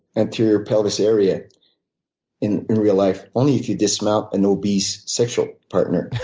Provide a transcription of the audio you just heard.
anterior pelvis area in real life? only if you dismount an obese sexual partner,